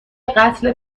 قتل